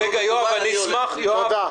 אבל בכל מקרה להערכתי חייבים להקים את זה,